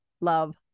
love